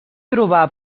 trobar